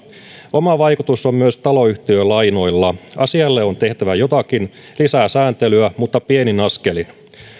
oma vaikutus on myös taloyhtiölainoilla asialle on tehtävä jotakin lisää sääntelyä mutta pienin askelin